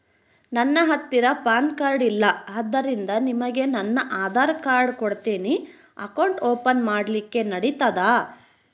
ನನ್ನ ಹತ್ತಿರ PAN card ಇಲ್ಲ ಆದ್ದರಿಂದ ನಿಮಗೆ ನನ್ನ ಆಧಾರ್ ಕಾರ್ಡ್ ಕೊಡ್ತೇನಿ ಅಕೌಂಟ್ ಓಪನ್ ಮಾಡ್ಲಿಕ್ಕೆ ನಡಿತದಾ?